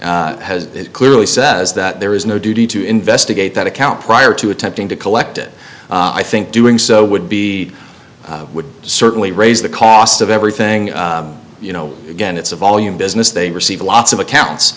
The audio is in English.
has clearly says that there is no duty to investigate that account prior to attempting to collect it i think doing so would be would certainly raise the cost of everything you know again it's a volume business they receive lots of accounts